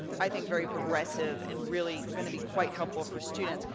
i think, very progressive, and really gonna be quite helpful for students.